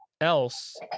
else